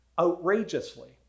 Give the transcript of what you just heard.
outrageously